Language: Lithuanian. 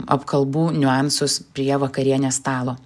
apkalbų niuansus prie vakarienės stalo